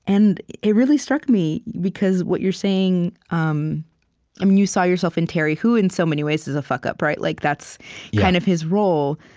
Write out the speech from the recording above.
and it really struck me, because what you're saying um um you saw yourself in terry, who, in so many ways, is a fuck-up. like that's kind of his role.